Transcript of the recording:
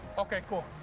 okay, cool.